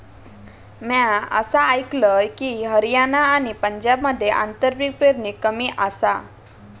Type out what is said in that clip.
म्या असा आयकलंय की, हरियाणा आणि पंजाबमध्ये आंतरपीक पेरणी कमी आसा